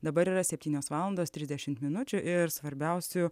dabar yra septynios valandos trisdešimt minučių ir svarbiausių